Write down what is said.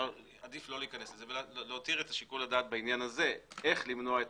עדיף לא להיכנס לזה ולהותיר את שיקול הדעת בעניין הזה איך למנוע את